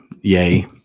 yay